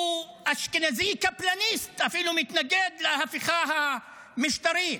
הוא אשכנזי קפלניסט, אפילו מתנגד להפיכה המשטרית.